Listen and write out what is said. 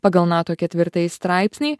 pagal nato ketvirtąjį straipsnį